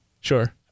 Sure